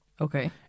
Okay